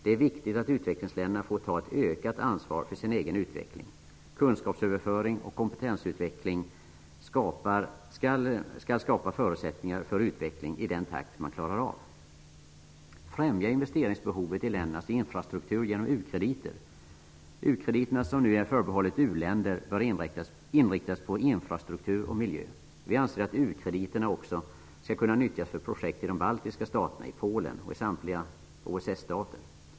Det är viktigt att utvecklingsländerna får ta ett utökat ansvar för sin egen utveckling. Kunskapsöverföring och kompetensutveckling skall skapa förutsättningar för utveckling i den takt man klarar av. Främja investeringsbehovet i ländernas infrastruktur genom u-krediter. U-krediterna -- som är förbehållna u-länder -- bör inriktas på infrastruktur och miljö. Vi anser att u-krediterna också skall kunna nyttjas för projekt i de baltiska staterna, i Polen och i samtliga OSS-stater.